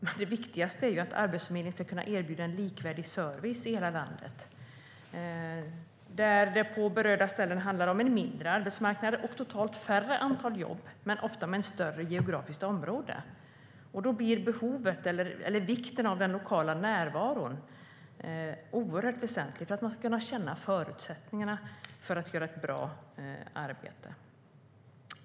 Men det viktigaste är att Arbetsförmedlingen ska kunna erbjuda likvärdig service i hela landet. På berörda ställen handlar det om en mindre arbetsmarknad och totalt sett färre jobb men ofta inom ett större geografiskt område. Då blir vikten av den lokala närvaron oerhört väsentlig för förutsättningarna att göra ett bra arbete.